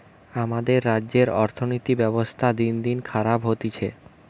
আমাদের রাজ্যের অর্থনীতির ব্যবস্থা দিনদিন খারাপ হতিছে